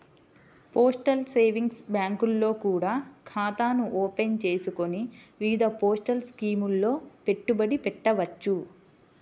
postal savings బ్యాంకుల్లో కూడా ఖాతాను ఓపెన్ చేసుకొని వివిధ పోస్టల్ స్కీముల్లో పెట్టుబడి పెట్టవచ్చు